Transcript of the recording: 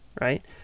right